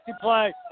play